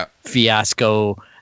fiasco